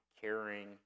caring